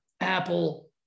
Apple